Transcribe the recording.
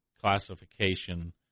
classification